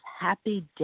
happy